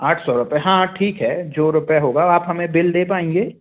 आठ सौ रुपए हाँ ठीक है जो रुपए होगा आप हमें बिल दे पाएँगे